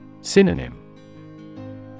Synonym